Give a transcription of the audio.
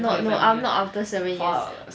no no I'm not after seven years